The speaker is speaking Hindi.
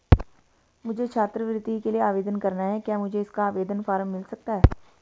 मुझे छात्रवृत्ति के लिए आवेदन करना है क्या मुझे इसका आवेदन फॉर्म मिल सकता है?